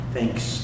Thanks